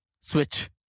Switch